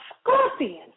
scorpion